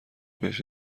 بهش